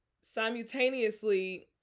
simultaneously